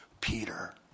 Peter